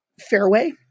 Fairway